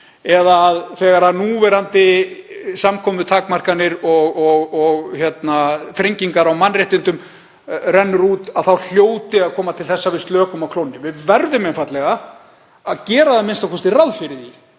að þegar núverandi samkomutakmarkanir og þrengingar á mannréttindum renna út þá hljóti að koma til þess að við slökum á klónni. Við verðum einfaldlega a.m.k. að gera ráð fyrir því